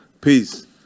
peace